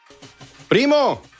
Primo